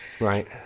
right